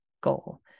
goal